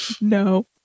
No